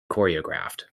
choreographed